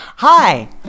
Hi